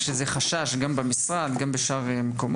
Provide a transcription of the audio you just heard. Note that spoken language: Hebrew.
יש לגבי זה איזה חשש, גם במשרד וגם בשאר המקומות.